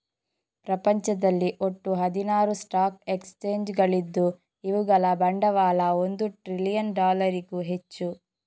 ಪ್ರಪಂಚದಲ್ಲಿ ಒಟ್ಟು ಹದಿನಾರು ಸ್ಟಾಕ್ ಎಕ್ಸ್ಚೇಂಜುಗಳಿದ್ದು ಇವುಗಳ ಬಂಡವಾಳ ಒಂದು ಟ್ರಿಲಿಯನ್ ಡಾಲರಿಗೂ ಹೆಚ್ಚು